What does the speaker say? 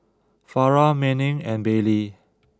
Farrah Manning and Bailey